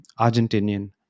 Argentinian